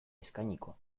eskainiko